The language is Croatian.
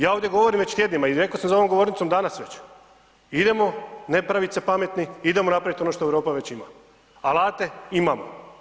Ja ovdje govorim već tjednima i rekao samo za ovom govornicom danas već, idemo ne pravit se pametni, idemo napravit ono što Europa već ima, alate imamo.